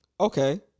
Okay